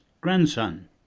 grandson